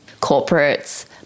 corporates